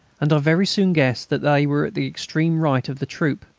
and i very soon guessed that they were at the extreme right of the troop,